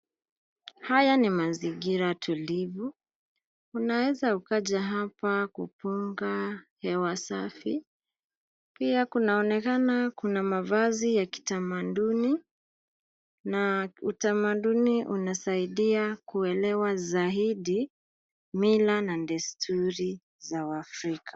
Haya ni mazingira tulivu. Unaweza ukaja hapa kupunga hewa safi. Pia kunaonekana kuna mavazi ya kitamaduni, na utamaduni unasaidia kuelewa zaidi, mila na desturi za waafrika.